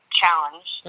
challenge